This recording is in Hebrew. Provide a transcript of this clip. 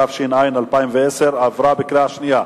התש"ע 2010, עברה בקריאה שנייה.